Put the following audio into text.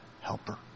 helper